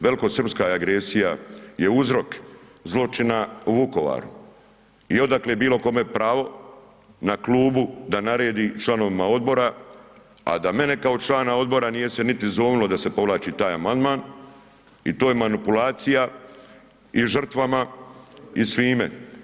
Velikosrpska agresija je uzrok zloćina u Vukovaru i odakle bilo kome pravo na klubu da naredi članovima odbora a da mene kao člana odbora nije se niti zovnulo da se povlači taj amandman i to je manipulacija i žrtvama i svime.